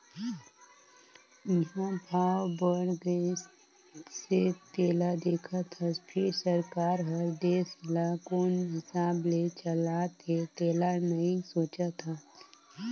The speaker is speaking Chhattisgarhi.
इंहा भाव बड़ गइसे तेला देखत हस फिर सरकार हर देश ल कोन हिसाब ले चलात हे तेला नइ सोचत हस